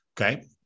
okay